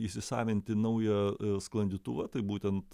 įsisavinti naują sklandytuvą tai būtent